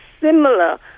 similar